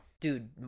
Dude